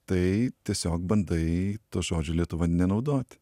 tai tiesiog bandai to žodžio lietuva nenaudoti